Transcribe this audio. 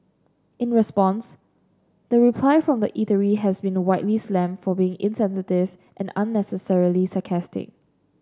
in response the reply from the eatery has been a widely slammed for being insensitive and unnecessarily sarcastic